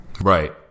Right